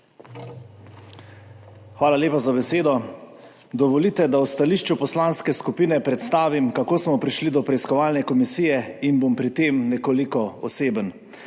Hvala lepa za besedo. Dovolite, da v stališču poslanske skupine predstavim, kako smo prišli do preiskovalne komisije, in bom pri tem nekoliko oseben.